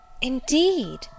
Indeed